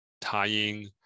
tying